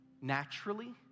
Naturally